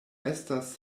estas